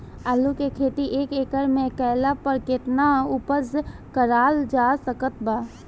आलू के खेती एक एकड़ मे कैला पर केतना उपज कराल जा सकत बा?